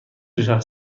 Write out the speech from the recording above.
دوچرخه